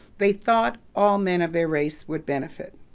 they thought all men of their race would benefit.